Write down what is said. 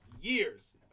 years